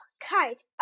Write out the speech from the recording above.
Kite